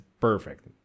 perfect